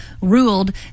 ruled